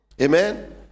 amen